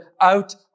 out